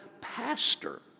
pastor